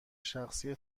شخصی